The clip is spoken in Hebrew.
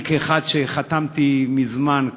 אני חתמתי כבר מזמן,